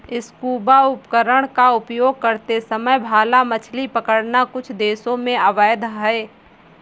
scuba उपकरण का उपयोग करते समय भाला मछली पकड़ना कुछ देशों में अवैध है